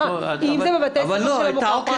אם זה בבתי ספר של המוכר, פרקטית זה לא קורה.